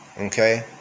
okay